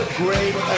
great